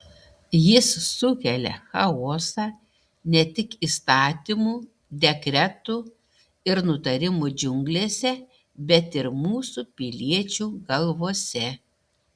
jis sukelia chaosą ne tik įstatymų dekretų ir nutarimų džiunglėse bet ir mūsų piliečių galvose